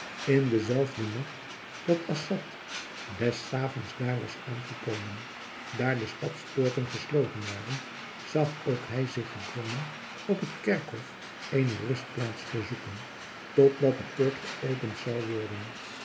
in den zelfden nacht dat assad des avonds daar was aangekomen daar de stadspoorten gesloten waren zag ook hij zich gedwongen op het kerkhof eene rustplaats te zoeken totdat de poort geopend zou worden